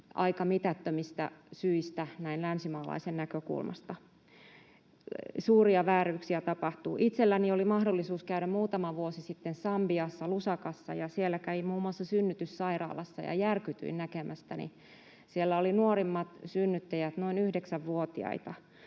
aika mitättömistä syistä näin länsimaalaisen näkökulmasta. Suuria vääryyksiä tapahtuu. Itselläni oli mahdollisuus käydä muutama vuosi sitten Sambiassa Lusakassa, ja siellä kävin muun muassa synnytyssairaalassa ja järkytyin näkemästäni — siellä olivat nuorimmat synnyttäjät noin 9‑vuotiaita.